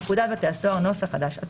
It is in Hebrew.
בפקודת בתי הסוהר [נוסח חדש],